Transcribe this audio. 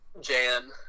Jan